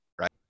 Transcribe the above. right